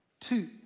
Two